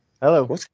Hello